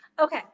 okay